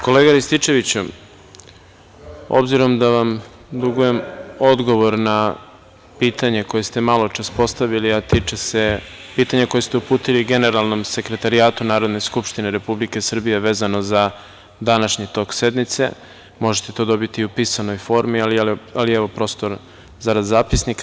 Kolega Rističeviću, obzirom da vam dugujem odgovor na pitanje koje ste maločas postavili, a tiče se pitanja koje ste uputili generalnom sekretarijatu Narodne skupštine Republike Srbije, vezano za današnji tok sednice, možete to dobiti i u pisanoj formi, ali evo zarad zapisnika.